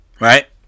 Right